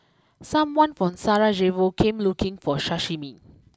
someone from Sarajevo came looking for Sashimi